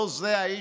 לא זה ה-issue,